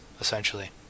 essentially